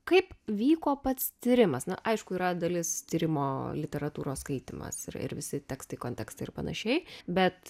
kaip vyko pats tyrimas na aišku yra dalis tyrimo literatūros skaitymas ir ir visi tekstai kontekstai ir panašiai bet